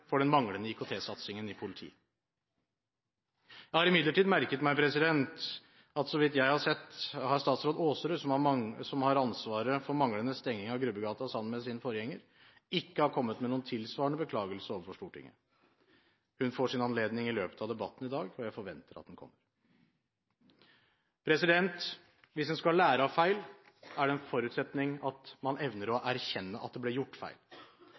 for den manglende IKT-satsingen i politiet. Jeg har imidlertid merket meg at statsråd Aasrud, som har ansvaret for manglende stenging av Grubbegata sammen med sin forgjenger, så vidt jeg har sett, ikke har kommet med noen tilsvarende beklagelse overfor Stortinget. Hun får sin anledning i løpet av debatten i dag, og jeg forventer at den kommer. Hvis man skal lære av feil, er det en forutsetning at man evner å erkjenne at det ble gjort feil.